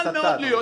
ויכול מאוד להיות,